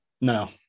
No